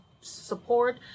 support